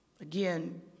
Again